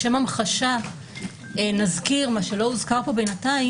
לשם המחשה נזכיר את מה שלא הוזכר פה בינתיים.